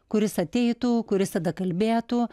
kuris ateitų kuris tada kalbėtų